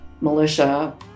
militia